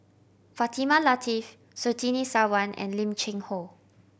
Fatimah Lateef Surtini Sarwan and Lim Cheng Hoe